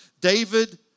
David